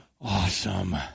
awesome